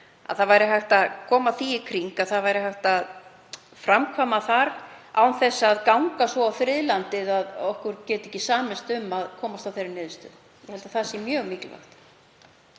að hægt væri að koma því í kring að framkvæma þar án þess að ganga svo á friðlandið að okkur geti ekki samist um að komast að þeirri niðurstöðu. Ég held að það sé mjög mikilvægt.